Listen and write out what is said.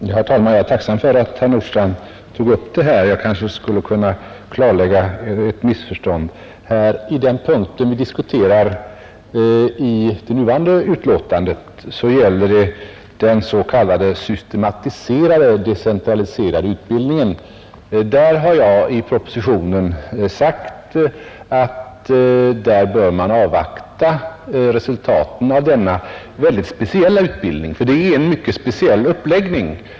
Herr talman! Jag är tacksam för att herr Nordstrandh tog upp denna sak, så att jag kanske kan klarlägga ett missförstånd. Den punkt i det aktuella betänkandet som vi nu diskuterar gäller den s.k. systematiserade decentraliserade universitetsutbildningen. Där har jag i propositionen sagt att man bör avvakta resultaten av denna mycket speciella utbildning och uppläggning.